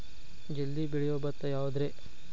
ಜಲ್ದಿ ಬೆಳಿಯೊ ಭತ್ತ ಯಾವುದ್ರೇ?